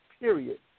period